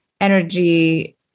energy